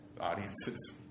audiences